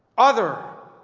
other